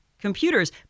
computers